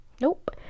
nope